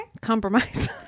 compromise